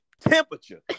temperature